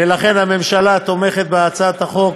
ולכן הממשלה תומכת בהצעת החוק,